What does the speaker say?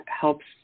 helps